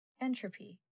Entropy